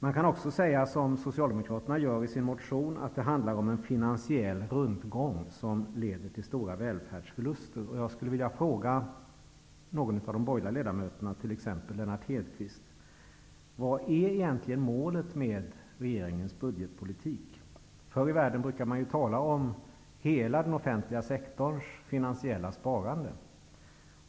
Man kan också säga som Socialdemokraterna gör i sin motion, att det handlar om en finansiell rundgång, som leder till stora välfärdsförluster. Jag skulle vilja fråga någon av de borgerliga ledamöterna, t.ex. Lennart Hedquist, vad som egentligen är målet med regeringens budgetpolitik. Förr i världen brukade man ju tala om hela den offentliga sektorns finansiella sparande.